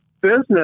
business